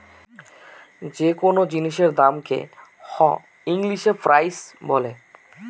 যে কোনো জিনিসের দামকে হ ইংলিশে প্রাইস বলে